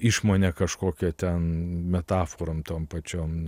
išmone kažkokią ten metaforom tom pačiom